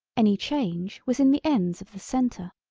any change was in the ends of the centre.